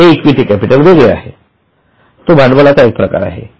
हे equity capital वेगळे आहे तो भांडवलाचा एक प्रकार आहे